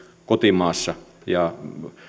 kotimaassa ja